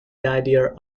didier